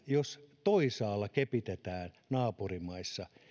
jos toisaalla naapurimaissa kepitetään